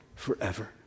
forever